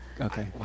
Okay